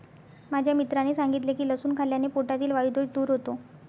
माझ्या मित्राने सांगितले की लसूण खाल्ल्याने पोटातील वायु दोष दूर होतो